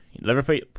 Liverpool